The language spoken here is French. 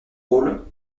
rôle